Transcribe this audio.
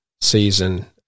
season